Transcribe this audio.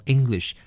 English